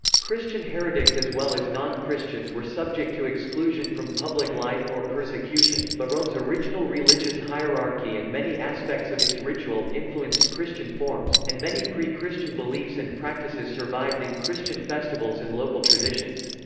christian heretics as well as non-christians were subject to exclusion from public life or persecution, but rome's original religious hierarchy and many aspects of its ritual influenced christian forms, and many pre-christian beliefs and practices survived in christian festivals and local traditions.